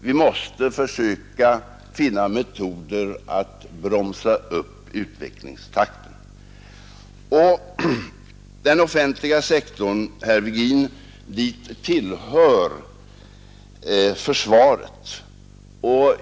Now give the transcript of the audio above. Vi måste försöka finna metoder att bromsa upp ökningstakten. Till den offentliga sektorn, herr Virgin, hör försvaret.